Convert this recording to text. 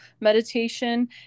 meditation